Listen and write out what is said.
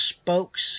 spokes